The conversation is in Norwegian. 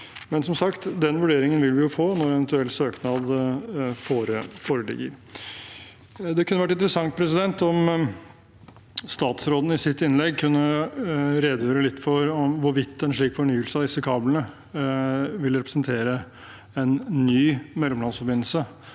den vurderingen vil vi få når en eventuell søknad foreligger. Det kunne vært interessant om statsråden i sitt innlegg kunne redegjøre litt for om en slik fornyelse av disse kablene vil representere en ny mellomlandsforbindelse